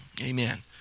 Amen